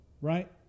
Right